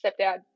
stepdad